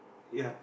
ya